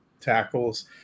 tackles